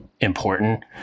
important